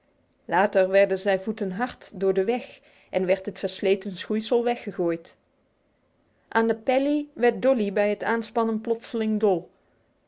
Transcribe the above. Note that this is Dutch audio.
later werden zijn voeten hard door de weg en werd het versleten schoeisel weggegooid aan de pelly werd dolly bij het aanspannen plotseling dol